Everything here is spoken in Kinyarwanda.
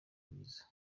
bwiza